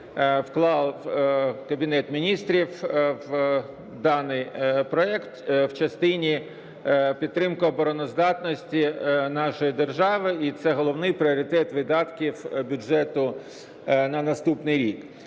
вклав Кабінет Міністрів в даний проєкт в частині підтримки обороноздатності нашої держави, і це головний пріоритет видатків бюджету на наступний рік.